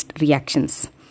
reactions